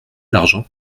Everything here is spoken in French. l’argent